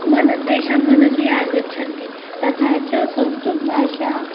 मनसि तेषां मनसि आगच्छन्ति तथा च संस्कृतभाषा